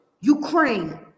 Ukraine